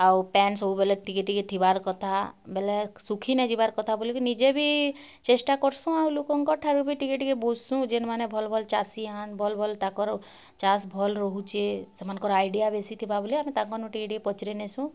ଆଉ ପାନ୍ ସବୁବେଲେ ଟିକେ ଟିକେ ଥିବାର୍ କଥା ବେଲେ ଶୁଖି ନାଇଁଯିବାର୍ କଥା ବୋଲିକି ନିଜେ ବି ଚେଷ୍ଟା କରସୁଁ ଆଉ ଲୋକଙ୍କ ଠାରୁ ବି ଟିକେଟିକେ ବୁଝସୁଁ ଯେନ୍ ମାନେ ଭଲ୍ ଭଲ୍ ଚାଷୀ ଆନ୍ ଭଲ୍ ଭଲ୍ ତାଙ୍କର୍ ଚାଷ୍ ଭଲ୍ ରହୁଛେ ସେମାନଙ୍କର୍ ଆଇଡ଼ିଆ ବେଶୀ ଥିବା ବୋଲେ ତାଙ୍କନୁଁ ଟିକେ ଟିକେ ପଚାରି ନେସୁଁ